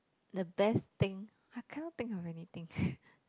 the best thing I cannot think of anything